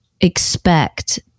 expect